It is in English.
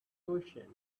question